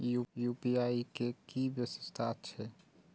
UPI के कि विषेशता छै?